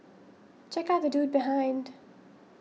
check out the dude behind